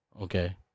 Okay